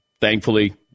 thankfully